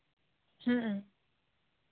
ᱦᱮᱸ